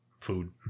Food